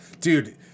dude